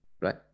right